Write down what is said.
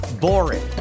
boring